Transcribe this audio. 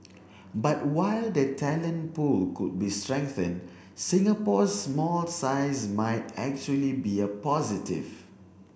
but while the talent pool could be strengthened Singapore's small size might actually be a positive